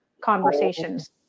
conversations